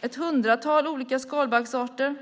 ett hundratal olika skalbaggsarter.